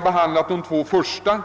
behandlat de två första reservationerna.